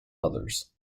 others